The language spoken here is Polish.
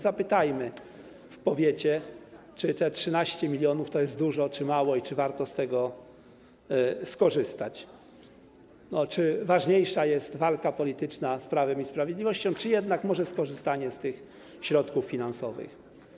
Zapytajmy w powiecie, czy 13 mln to jest dużo czy mało i czy warto z tego skorzystać, czy ważniejsza jest walka polityczna z Prawem i Sprawiedliwością czy jednak możliwość skorzystania z tych środków finansowych.